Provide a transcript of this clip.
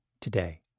today